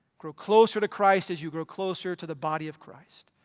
grow closer to christ as you grow closer to the body of christ.